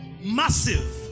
Massive